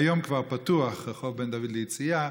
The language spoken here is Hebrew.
והיום רחוב בן דוד כבר פתוח ליציאה,